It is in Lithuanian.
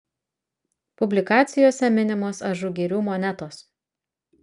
publikacijose minimos ažugirių monetos